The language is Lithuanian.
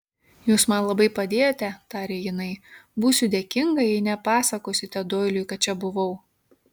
jūs man labai padėjote tarė jinai būsiu dėkinga jei nepasakosite doiliui kad čia buvau